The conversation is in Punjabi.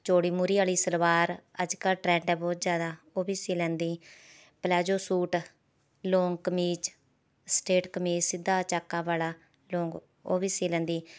ਚੌੜੀ ਮੂਹਰੀ ਵਾਲੀ ਸਲਵਾਰ ਅੱਜ ਕੱਲ੍ਹ ਟਰੈਂਡ ਹੈ ਬਹੁਤ ਜ਼ਿਆਦਾ ਉਹ ਵੀ ਸੀਅ ਲੈਂਦੀ palazzo suit long kameez straight kameez ਸਿੱਧਾ ਚਾਕਾਂ ਵਾਲਾ ਲੋਂਗ ਉਹ ਵੀ ਸੀਅ ਲੈਂਦੀ